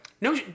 No